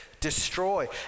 destroy